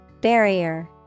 Barrier